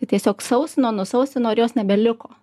ir tiesiog sausino nusausino ir jos nebeliko